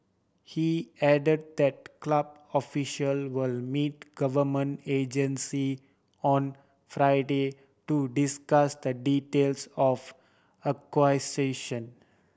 he add that club official will meet government agency on Friday to discuss the details of acquisition